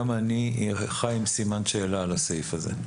גם אני חי עם סימן שאלה על הסעיף הזה.